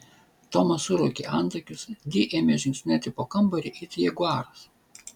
tomas suraukė antakius di ėmė žingsniuoti po kambarį it jaguaras